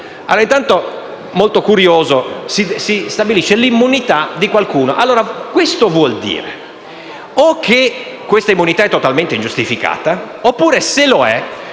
commento. È molto curioso: si stabilisce l'immunità di qualcuno; questo vuol dire o che questa immunità è totalmente ingiustificata o che, se è